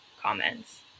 comments